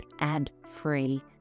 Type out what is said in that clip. ad-free